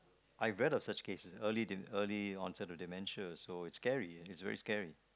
I've read of such cases early de~ early onset dementia so it's scary it's very scary